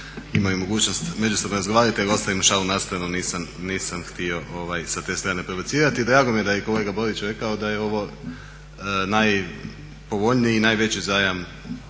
imaju mogućnost međusobno razgovarati. Ostavimo šalu na stranu, nisam htio sa te strane prebacivati. Drago mi je da je i kolega Borić rekao da je ovo najpovoljniji i najveći zajam